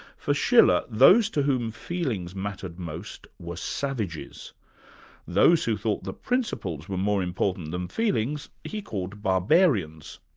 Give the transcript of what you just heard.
for schiller, those to whom feelings mattered most were savages those who thought that principles were more important than feelings, he called barbarians.